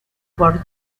por